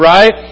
Right